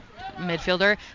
midfielder